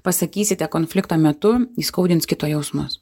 pasakysite konflikto metu įskaudins kito jausmus